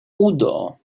udo